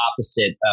opposite